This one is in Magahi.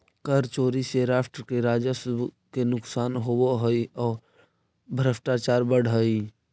कर चोरी से राष्ट्र के राजस्व के नुकसान होवऽ हई औ भ्रष्टाचार बढ़ऽ हई